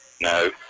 No